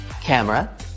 CAMERA